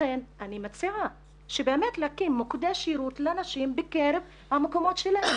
לכן אני מציעה באמת להקים מוקדי שירות לנשים במקומות שלהן,